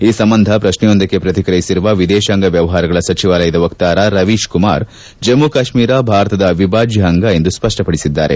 ಈ ಸಂಬಂಧ ಪ್ರಕ್ಷೆಯೊಂದಕ್ಕೆ ಪ್ರತಿಕ್ರಿಯಿಸಿರುವ ವಿದೇಶಾಂಗ ವ್ಯವಹಾರಗಳ ಸಚಿವಾಲಯ ವಕ್ತಾರ ರವೀಶ್ ಕುಮಾರ್ ಜಮ್ಮು ಕಾಶ್ಮೀರ ಭಾರತದ ಅವಿಭಾಜ್ಯ ಅಂಗ ಎಂದು ಸ್ಪಷ್ಟಪಡಿಸಿದ್ದಾರೆ